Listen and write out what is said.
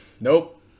nope